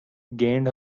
gained